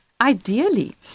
Ideally